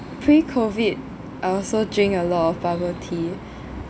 pre COVID I also drink a lot of bubble tea